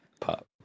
Pop